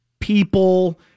people